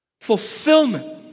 fulfillment